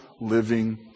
living